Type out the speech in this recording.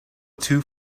two